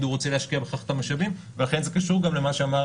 הוא רוצה להשקיע בכך את המשאבים ולכן זה קשור גם למה שאמר